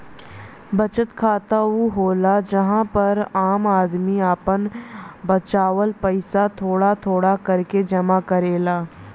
बचत खाता ऊ होला जहां पर आम आदमी आपन बचावल पइसा थोड़ा थोड़ा करके जमा करेला